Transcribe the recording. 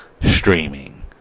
streaming